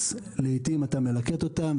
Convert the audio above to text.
אז לעיתים אתה מלקט אותם,